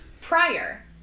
prior